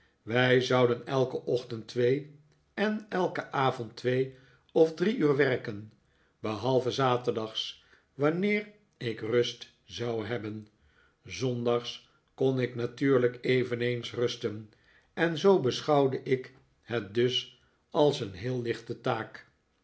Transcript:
wij zouden elken ochtend twee en elken avond twee of drie uur werken behalve zaterdags wanneer ik rust zou hebben zondags kon ik natuurlijk eveneens rusten en zoo beschouwde ik het dus als een heel lichte taak